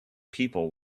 people